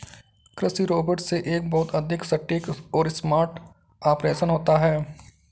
कृषि रोबोट से एक बहुत अधिक सटीक और स्मार्ट ऑपरेशन होता है